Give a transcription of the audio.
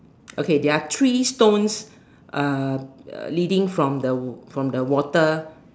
okay there are three stones leading from the water